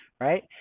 right